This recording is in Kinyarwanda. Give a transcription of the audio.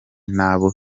n’abo